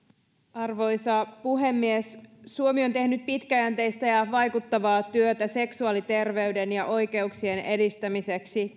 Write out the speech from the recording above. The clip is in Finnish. arvoisa puhemies suomi on tehnyt pitkäjänteistä ja ja vaikuttavaa työtä seksuaaliterveyden ja oikeuksien edistämiseksi